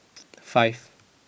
five